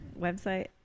website